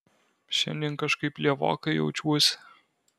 šiandien kažkaip lievokai jaučiuosi